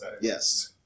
Yes